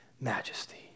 majesty